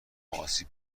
آسیب